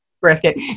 brisket